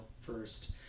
first